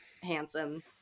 handsome